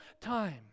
time